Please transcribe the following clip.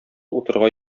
утырырга